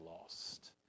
lost